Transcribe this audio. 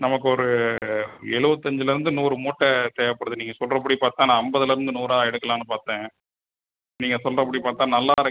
நமக்கொரு எழுபத்தஞ்சிலேருந்து நூறு மூட்டை தேவைப்படுது நீங்கள் சொல்கிறபடி பார்த்தா நான் ஐம்பதுலருந்து நூறாக எடுக்கலாம்னு பார்த்தேன் நீங்கள் சொல்கிறபடி பார்த்தா நல்லாருக்கு